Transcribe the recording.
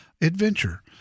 adventure